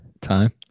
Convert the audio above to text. time